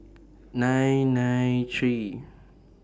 nine nine three